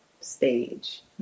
stage